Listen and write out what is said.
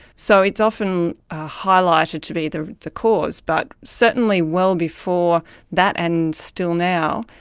so it's often highlighted to be the the cause. but certainly well before that and still now,